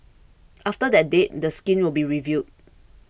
after that date the scheme will be reviewed